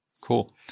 Cool